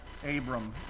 Abram